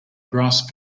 grass